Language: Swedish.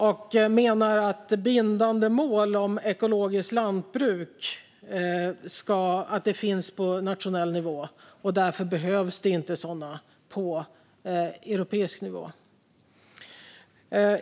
Man menar att bindande mål om ekologiskt lantbruk finns på nationell nivå och att det därför inte behövs sådana på europeisk nivå.